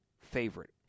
favorite